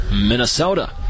Minnesota